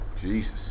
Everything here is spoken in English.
Jesus